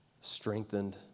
strengthened